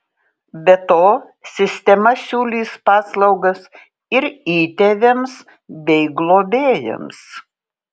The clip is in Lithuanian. be to sistema siūlys paslaugas ir įtėviams bei globėjams